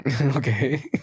Okay